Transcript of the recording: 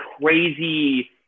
crazy